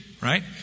right